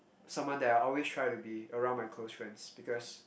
someone that I'll always try to be around my close friends because